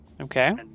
Okay